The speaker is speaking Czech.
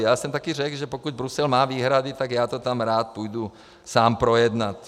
Já jsem také řekl, že pokud Brusel má výhrady, tak já to tam rád půjdu sám projednat.